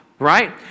right